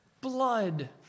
blood